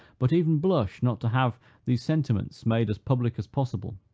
but even blush not to have these sentiments made as public as possible.